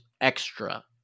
extra